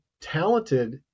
talented